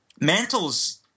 Mantle's